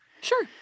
Sure